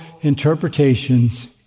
interpretations